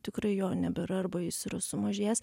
tikrai jo nebėra arba jis yra sumažėjęs